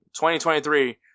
2023